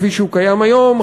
כפי שהוא קיים היום,